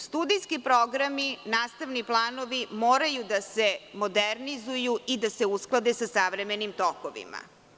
Studijski programi, nastavni planovi moraju da se modernizuju i da se usklade sa savremenim tokovima.